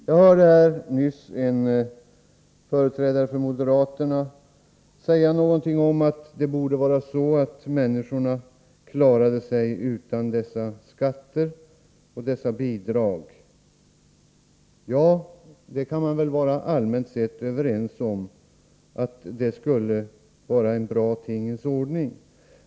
Jag hörde nyss en företrädare för moderaterna här säga någonting om att det borde vara så att människorna klarade sig utan dessa skatter och bidrag. Ja, vi kan allmänt sett vara överens om att det skulle vara en bra tingens ordning.